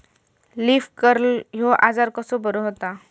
Leaf curl ह्यो आजार कसो बरो व्हता?